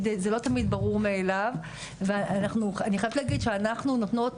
זה לא תמיד ברור מאליו ואני חייבת להגיד שאנחנו נותנות